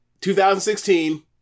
2016